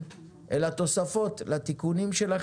הקהל הרחב שיכול לעבור למיינסטרים ולשירותים מקוונים יעשה את זה.